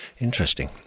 Interesting